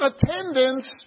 attendance